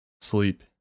sleep